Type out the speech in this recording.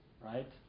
Right